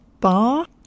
bar